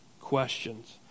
questions